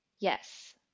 Yes